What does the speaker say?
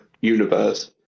universe